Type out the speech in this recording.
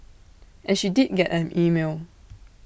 and she did get an email